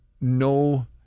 no